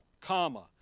comma